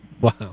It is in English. wow